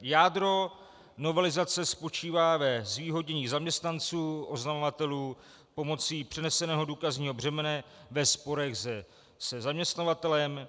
Jádro novelizace tak spočívá ve zvýhodnění zaměstnancůoznamovatelů pomocí přeneseného důkazního břemene ve sporech se zaměstnavatelem.